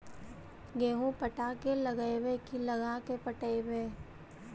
गेहूं पटा के लगइबै की लगा के पटइबै?